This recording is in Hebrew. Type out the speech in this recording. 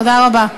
תודה רבה.